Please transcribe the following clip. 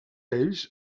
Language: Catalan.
ells